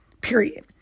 Period